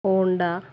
Honda